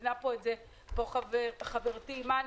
ציינה פה את זה חברתי אימאן,